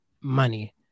money